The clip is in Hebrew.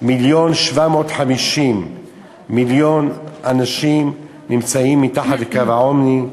מיליון 750,000 מיליון אנשים נמצאים מתחת לקו העוני,